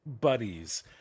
buddies